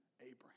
Abraham